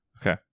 Okay